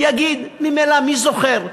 ויגיד: ממילא מי זוכר?